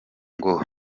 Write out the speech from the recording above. ngo